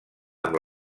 amb